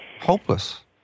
hopeless